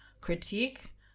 critique